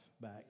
back